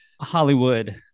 Hollywood